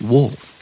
Wolf